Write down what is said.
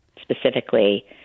specifically